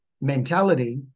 mentality